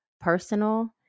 personal